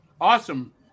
Awesome